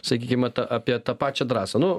sakykime tą apie tą pačią drąsą nu